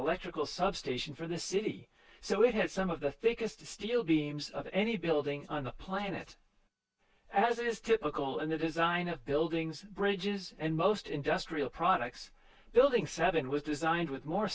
electrical substation for the city so it had some of the thickest steel beams of any building on the planet as is typical in the design of buildings bridges and most industrial products building seven was designed with more